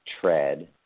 tread